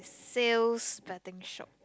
sales betting shop